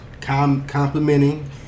Complimenting